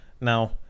Now